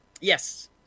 Yes